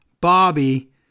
Bobby